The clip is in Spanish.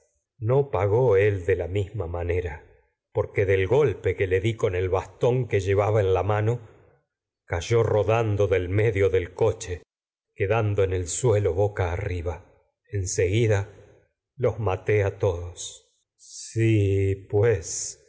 no pagó él con de la misma manera porque bastón que del que le di el llevaba en la mano cayó rodando del arriba medio del coche quedando en el suelo boca a en seguida los maté todos con si pues